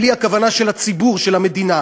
שלי, הכוונה של הציבור, של המדינה.